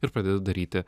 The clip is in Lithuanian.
ir pradedi daryti